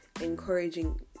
encouraging